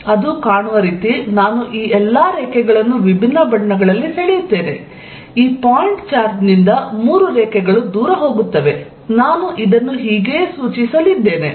ಮತ್ತು ಅದು ಕಾಣುವ ರೀತಿ ನಾನು ಈ ಎಲ್ಲಾ ರೇಖೆಗಳನ್ನು ವಿಭಿನ್ನ ಬಣ್ಣಗಳಲ್ಲಿ ಸೆಳೆಯುತ್ತೇನೆ ಈ ಪಾಯಿಂಟ್ ಚಾರ್ಜ್ನಿಂದ ಮೂರು ರೇಖೆಗಳು ದೂರ ಹೋಗುತ್ತವೆ ನಾನು ಇದನ್ನು ಹೀಗೆಯೇ ಸೂಚಿಸಲಿದ್ದೇನೆ